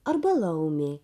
arba laumė